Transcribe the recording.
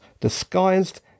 disguised